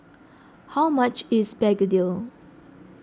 how much is Begedil